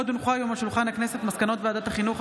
עוד הונחו היום על השולחן הכנסת מסקנות ועדת החינוך,